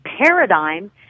paradigm